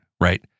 right